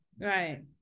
Right